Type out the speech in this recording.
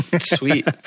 Sweet